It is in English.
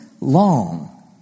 long